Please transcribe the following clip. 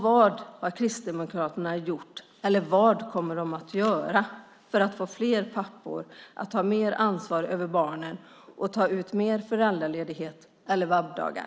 Vad kommer Kristdemokraterna att göra för att få fler pappor att ta mer ansvar för barnen och ta ut mer föräldraledighet eller VAB-dagar?